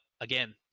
again